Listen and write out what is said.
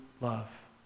love